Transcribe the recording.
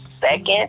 second